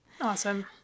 Awesome